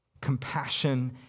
compassion